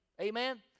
amen